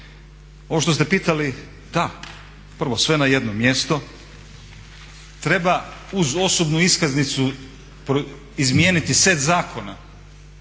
Ovo što ste pitali, da, prvo sve na jedno mjesto. Treba uz osobnu iskaznicu izmijeniti set zakona